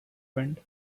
wind